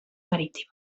marítimes